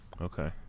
Okay